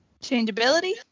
Changeability